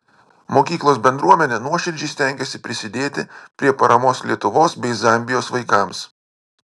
mokyklos bendruomenė nuoširdžiai stengėsi prisidėti prie paramos lietuvos bei zambijos vaikams